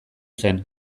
zen